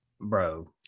bro